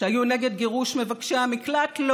שהיו נגד גירוש מבקשי המקלט?